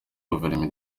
guverinoma